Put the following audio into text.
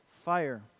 fire